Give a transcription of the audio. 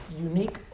unique